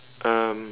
um